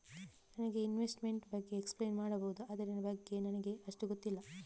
ನನಗೆ ಇನ್ವೆಸ್ಟ್ಮೆಂಟ್ ಬಗ್ಗೆ ಎಕ್ಸ್ಪ್ಲೈನ್ ಮಾಡಬಹುದು, ಅದರ ಬಗ್ಗೆ ನನಗೆ ಅಷ್ಟು ಗೊತ್ತಿಲ್ಲ?